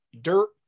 dirt